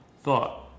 thought